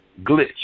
glitch